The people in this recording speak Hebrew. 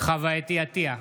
חוה אתי עטייה,